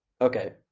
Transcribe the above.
Okay